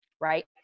right